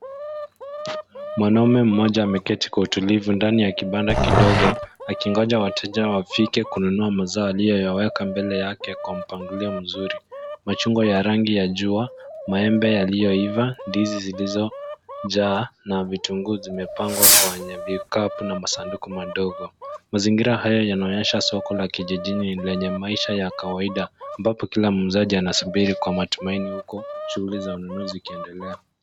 Mwanaume mmoja ameketi kwa utulivu ndani ya kibanda kidogo akingoja wateja wafike kununua mazao aliyoyaweka mbele yake kwa mpangilio mzuri. Machungwa ya rangi ya jua, maembe yaliyoiva, ndizi zilizojaa na vitunguu zimepangwa kwenye vikapu na masanduku madogo. Mazingira haya yanaonyesha soko la kijijini lenye maisha ya kawaida ambapo kila muuzaji anasubiri kwa matumaini huku shughuli za ununuzi zikiendelea.